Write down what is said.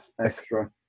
extra